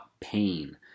pain